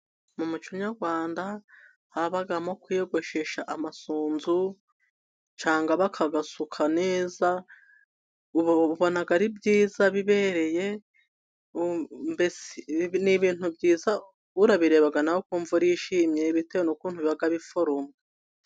Mu muco nyarwanda habamo kwiyogoshesha amasunzu cyangwa bakabasuka neza uba ubona ari byiza bibereye mbese ni ibintu byiza urabireba nawe ukumva urishimye bitewe n'ukuntu biba biforumye.